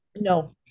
no